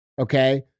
Okay